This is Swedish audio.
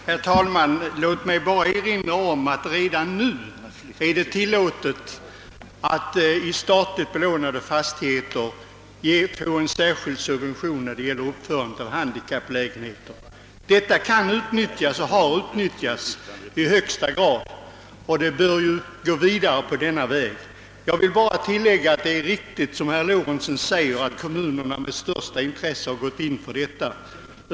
Herr talman! Låt mig bara erinra om att det redan nu ges möjlighet att i statligt belånade fastigheter erhålla en särskild bostadssubvention på 15000 kr. per bostad för uppförande av lägenheter för handikappade. Denna möjlighet har utnyttjats och utnyttjas nu ihögsta grad, och jag anser att vi bör gå vidare på den wvägen. Jag will tillägga att det är riktigt som herr Lorentzon säger att kommunerna med största intresse har gått in för handikappstöd.